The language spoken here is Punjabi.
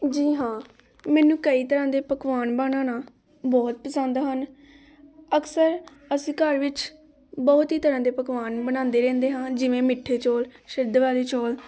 ਜੀ ਹਾਂ ਮੈਨੂੰ ਕਈ ਤਰ੍ਹਾਂ ਦੇ ਪਕਵਾਨ ਬਣਾਉਣਾ ਬਹੁਤ ਪਸੰਦ ਹਨ ਅਕਸਰ ਅਸੀਂ ਘਰ ਵਿੱਚ ਬਹੁਤ ਹੀ ਤਰ੍ਹਾਂ ਦੇ ਪਕਵਾਨ ਬਣਾਉਂਦੇ ਰਹਿੰਦੇ ਹਾਂ ਜਿਵੇਂ ਮਿੱਠੇ ਚੌਲ ਸ਼ਿਰਦ ਵਾਲੇ ਚੌਲ